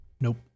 Nope